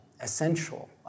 essential